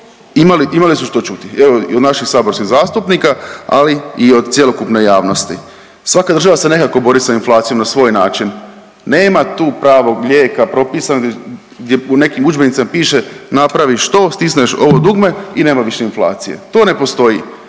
imali su što čuti, evo i od naših saborskih zastupnika, ali i od cjelokupne javnosti. Svaka država se nekako bori sa inflacijom na svoj način, nema tu pravnog lijeka propisanog gdje, gdje u nekim udžbenicima piše napravi što, stisneš ovo dugme i nema više inflacije, to ne postoji.